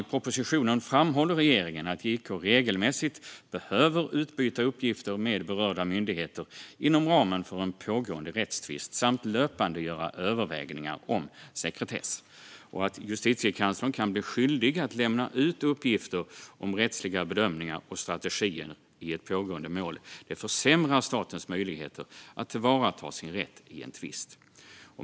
I propositionen framhåller regeringen att JK regelmässigt behöver utbyta uppgifter med berörda myndigheter inom ramen för en pågående rättstvist samt löpande göra övervägningar om sekretess. Att Justitiekanslern kan bli skyldig att lämna ut uppgifter om rättsliga bedömningar och strategier i ett pågående mål försämrar statens möjligheter att tillvarata sin rätt i en tvist.